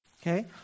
okay